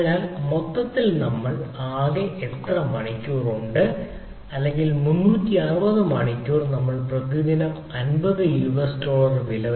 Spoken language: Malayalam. അതിനാൽ മൊത്തത്തിൽ നമ്മൾക്ക് ആകെ വളരെയധികം മണിക്കൂറുകൾ ഉണ്ട് അല്ലെങ്കിൽ 360 മണിക്കൂർ നമ്മൾ പ്രതിദിനം 50 യുഎസ് ഡോളർ വില